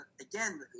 again